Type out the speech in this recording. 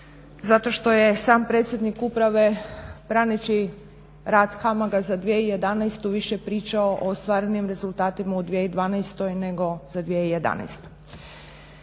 zato što je sam predsjednik uprave braneći rad HAMAG-a za 2011. više pričao o ostvarenim rezultatima u 2012. nego za 2011.